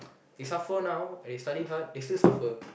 they suffer now and they study hard they still suffer